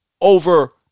over